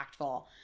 impactful